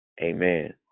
Amen